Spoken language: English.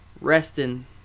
resting